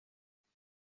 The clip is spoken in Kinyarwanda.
cyane